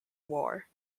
war